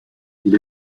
elle